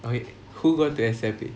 oh wait who got to accept it